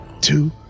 two